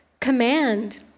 command